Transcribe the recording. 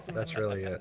that's really it.